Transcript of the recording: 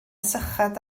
syched